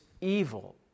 evil